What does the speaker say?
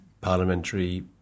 parliamentary